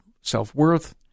self-worth